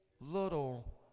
little